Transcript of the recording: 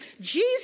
Jesus